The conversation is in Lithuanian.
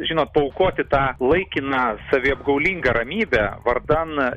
žinot paaukoti tą laikiną saviapgaulingą ramybę vardan